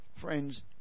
Friends